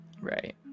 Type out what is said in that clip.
Right